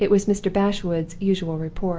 it was mr. bashwood's usual report.